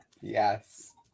yes